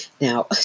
Now